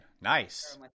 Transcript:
Nice